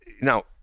now